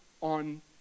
on